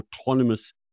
autonomous